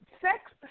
sex